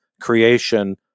creation